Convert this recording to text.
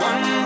One